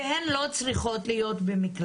והן לא צריכות להיות במקלט.